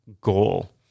goal